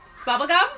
Bubblegum